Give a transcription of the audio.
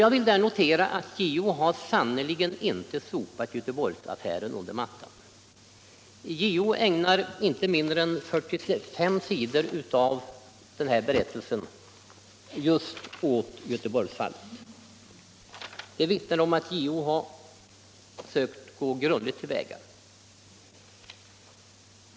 Jag vill där notera att JO sannerligen inte har sopat Göteborgsaffären under mattan. JO ägnar inte mindre än 45 sidor av sin berättelse just åt Göteborgsfallet. Det vittnar om att JO har sökt gå grundligt till väga.